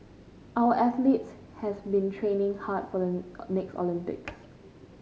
our athletes has been training hard for the next Olympics